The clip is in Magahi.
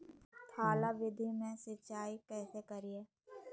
थाला विधि से सिंचाई कैसे करीये?